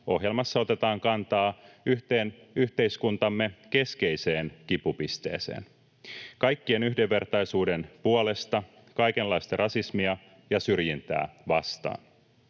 ohjelmassa otetaan kantaa yhteen yhteiskuntamme keskeiseen kipupisteeseen: kaikkien yhdenvertaisuuden puolesta, kaikenlaista rasismia ja syrjintää vastaan.